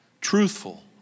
truthful